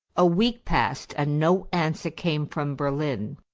a week passed and no answer came from berlin.